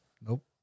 Nope